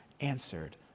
answered